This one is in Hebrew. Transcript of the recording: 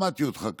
שמעתי אותך כאן.